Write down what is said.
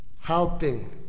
helping